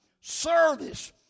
service